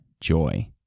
joy